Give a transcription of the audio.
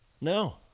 No